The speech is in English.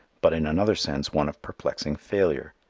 but in another sense one of perplexing failure.